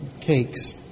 cakes